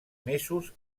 mesos